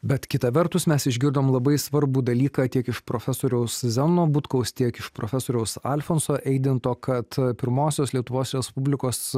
bet kita vertus mes išgirdom labai svarbų dalyką tiek iš profesoriaus zenono butkaus tiek iš profesoriaus alfonso eidinto kad pirmosios lietuvos respublikos